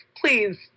please